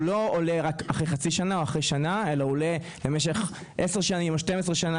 לא עולה רק אחרי חצי שנה או שנה אלא הוא עולה במשך 10 - 12 שנים,